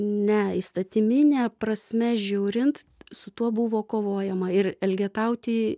ne įstatymine prasme žiūrint su tuo buvo kovojama ir elgetauti